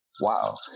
wow